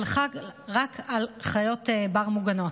אבל חל רק על חיות בר מוגנות.